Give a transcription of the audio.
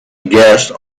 guest